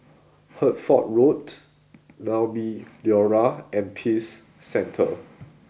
Hertford Road Naumi Liora and Peace Centre